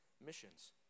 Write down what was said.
missions